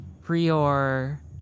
Prior